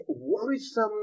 worrisome